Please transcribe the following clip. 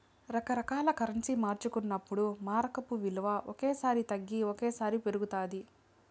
రకరకాల కరెన్సీలు మార్చుకున్నప్పుడు మారకపు విలువ ఓ సారి తగ్గి ఓసారి పెరుగుతాది